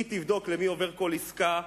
היא תבדוק למי עוברת כל עסקה,